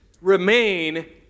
remain